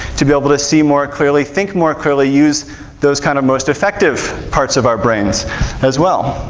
to be able to see more clearly, think more clearly, use those kind of most effective parts of our brains as well.